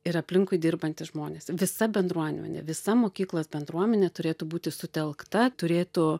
ir aplinkui dirbantys žmonės visa bendruomenė visa mokyklos bendruomenė turėtų būti sutelkta turėtų